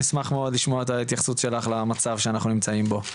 נשמח מאוד לשמוע את ההתייחסות שלך למצב שאנחנו נמצאים בו.